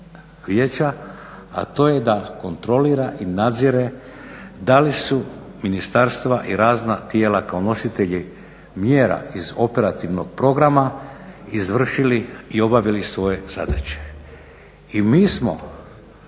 a to je da kontrolira i nadzire da li su ministarstva i razna tijela kao nositelji mjera iz operativnog programa izvršili i obavili svoje zadaće. I mi smo